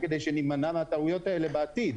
כדי שנמנע מהטעויות האלה בעתיד.